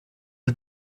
are